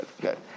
good